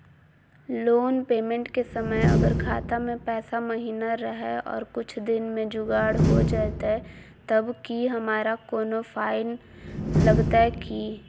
Loan payment के समय अगर खाता में पैसा महिना रहै और कुछ दिन में जुगाड़ हो जयतय तब की हमारा कोनो फाइन लगतय की?